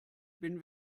bin